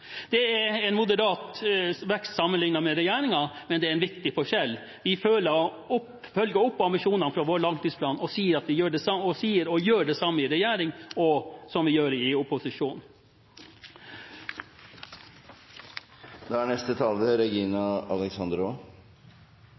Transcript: Det er en moderat vekst sammenliknet med regjeringens, men det er en viktig forskjell. Vi følger opp ambisjonene fra vår langtidsplan og sier og gjør det samme i regjering som vi gjør i opposisjon. Europa og Norges sikkerhetspolitiske situasjon er